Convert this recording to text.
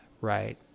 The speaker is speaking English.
right